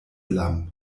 lamm